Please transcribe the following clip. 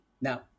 Now